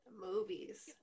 Movies